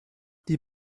die